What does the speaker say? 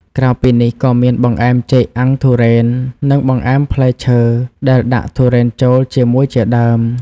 ក្រៅពីនេះ ក៏មាន បង្អែមចេកអាំងទុរេន និង បង្អែមផ្លែឈើដែលដាក់ទុរេនចូលជាមួយ ជាដើម។